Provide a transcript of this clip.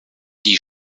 die